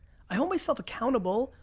i hold myself accountable.